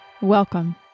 Welcome